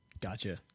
Gotcha